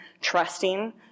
trusting